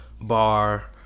Bar